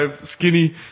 skinny